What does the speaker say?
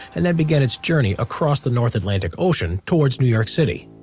and then began its journey across the north atlantic ocean towards new york city.